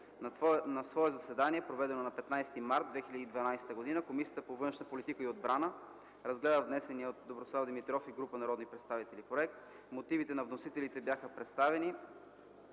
На свое заседание, проведено на 15 март 2012 г., Комисията по външна политика и отбрана разгледа внесения от Доброслав Димитров и група народни представители проект. Мотивите на вносителите бяха представени.